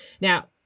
Now